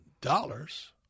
dollars